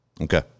Okay